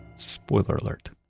spoiler alert,